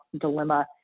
dilemma